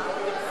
כן.